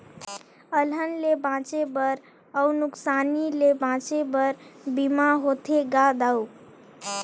अलहन ले बांचे बर अउ नुकसानी ले बांचे बर बीमा होथे गा दाऊ